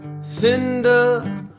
cinder